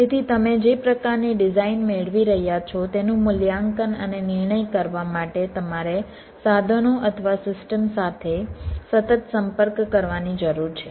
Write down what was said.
તેથી તમે જે પ્રકારની ડિઝાઇન મેળવી રહ્યાં છો તેનું મૂલ્યાંકન અને નિર્ણય કરવા માટે તમારે સાધનો અથવા સિસ્ટમ સાથે સતત સંપર્ક કરવાની જરૂર છે